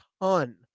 ton